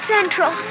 Central